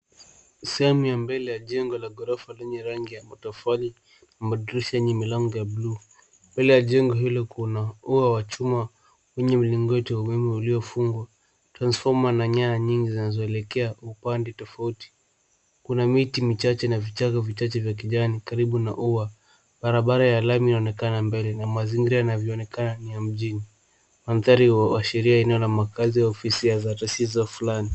Sehemu ya mbele ya jengo la ghorofa lenye rangi ya utofali, madirisha yenye milango ya buluu. Mbele ya jengo hilo kuna ua wa chuma wenye mlingoti wa umeme uliofungwa. Transfoma na nyanya nyingi zinazoelekea upande tofauti . Kuna miti michache na vichaka vichache vya kijani karibu na ua. Barabara ya lami inaonekana mbele na mazingira yanavyoonekana ni ya mjini. Mandhari huashiria eneo la makazi ya ofisi ya resizo fulani.